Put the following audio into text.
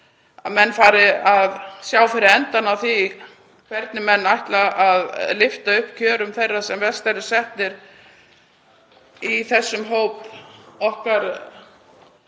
að menn fari að sjá fyrir endann á því hvernig þeir ætla að lyfta upp kjörum þeirra sem verst eru settir í þessum hópi okkar,